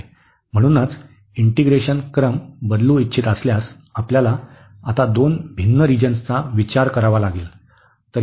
म्हणूनच इंटीग्रेशन क्रम बदलू इच्छित असल्यास आपल्याला आता दोन भिन्न रिजन्सचा विचार करावा लागेल